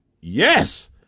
yes